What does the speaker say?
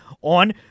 on